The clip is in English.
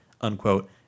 unquote